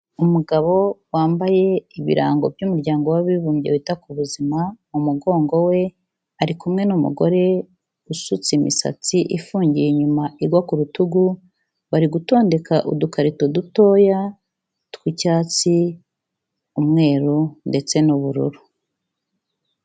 Umugabo wambaye ibirango by'Umuryango w'Abibumbye wita ku Buzima mu mugongo we, ari kumwe n'umugore usutse imisatsi ifungiye inyuma igwa ku rutugu, bari gutondeka udukarito dutoya tw'icyatsi, umweru ndetse n'ubururu.